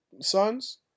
sons